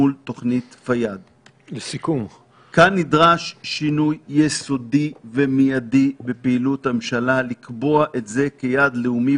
ולכן האמירות כאן שכביכול זה ניסיון לקבוע גבול,